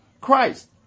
Christ